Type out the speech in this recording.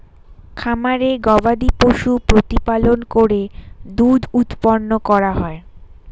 খামারে গবাদিপশু প্রতিপালন করে দুধ উৎপন্ন করা হয়